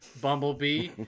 bumblebee